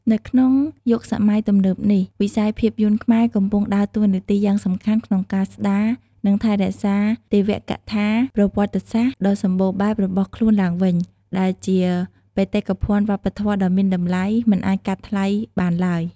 នៅក្នុងយុគសម័យទំនើបនេះ វិស័យភាពយន្តខ្មែរកំពុងដើរតួនាទីយ៉ាងសំខាន់ក្នុងការស្ដារ និងថែរក្សាទេវកថាប្រវត្តិសាស្ត្រដ៏សម្បូរបែបរបស់ខ្លួនឡើងវិញ ដែលជាបេតិកភណ្ឌវប្បធម៌ដ៏មានតម្លៃមិនអាចកាត់ថ្លៃបានឡើយ។